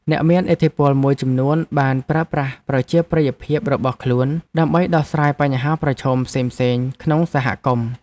អ្នកមានឥទ្ធិពលមួយចំនួនបានប្រើប្រាស់ប្រជាប្រិយភាពរបស់ខ្លួនដើម្បីដោះស្រាយបញ្ហាប្រឈមផ្សេងៗក្នុងសហគមន៍។